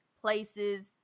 places